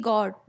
God